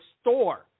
store